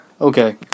Okay